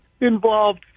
involved